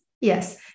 Yes